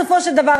בסופו של דבר,